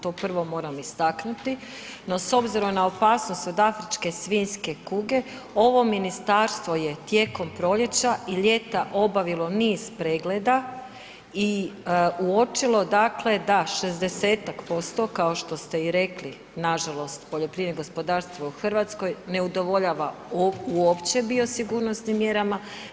To prvo moram istaknuti, no s obzirom na opasnost od afričke svinjske kuge, ovo ministarstvo je tijekom proljeća i ljeta obavilo niz pregleda i uočilo dakle da 60-tak posto, kao što ste i rekli nažalost, poljoprivrednim gospodarstvima u Hrvatskoj ne udovoljava uopće biosigurnosnim mjerama.